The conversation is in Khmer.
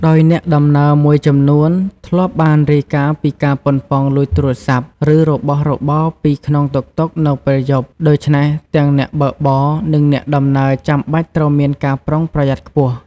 ដោយអ្នកដំណើរមួយចំនួនធ្លាប់បានរាយការណ៍ពីការប៉ុនប៉ងលួចទូរស័ព្ទ ឬរបស់របរពីក្នុងតុកតុកនៅពេលយប់ ដូច្នេះទាំងអ្នកបើកបរ និងអ្នកដំណើរចាំបាច់ត្រូវមានការប្រុងប្រយ័ត្នខ្ពស់។